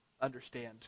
understand